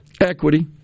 Equity